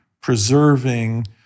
preserving